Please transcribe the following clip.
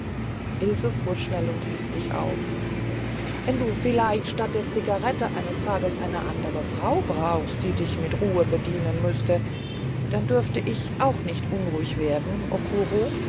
ilse fuhr schnell und heftig auf wenn du vielleicht statt der zigarette eines tages eine andere frau brauchst die dich mit ruhe bedienen müßte dann dürfte ich auch nicht unruhig werden